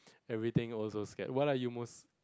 everything also scare what are you most